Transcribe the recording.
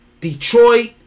Detroit